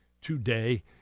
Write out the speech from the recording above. today